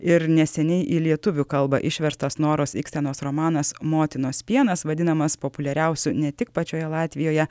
ir neseniai į lietuvių kalbą išverstas noros ikstenos romanas motinos pienas vadinamas populiariausiu ne tik pačioje latvijoje